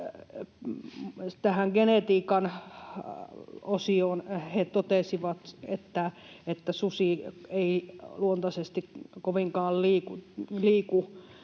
tässä genetiikan osiossa, että susi ei luontaisesti kovinkaan paljon